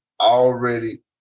already